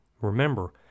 Remember